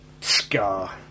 scar